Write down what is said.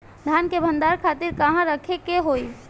धान के भंडारन खातिर कहाँरखे के होई?